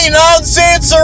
nonsense